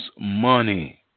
money